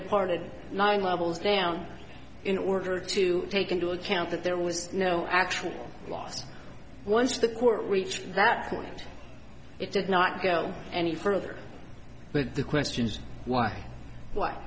departed nine levels down in order to take into account that there was no actual loss once the court reached that point it did not go any further with the questions why why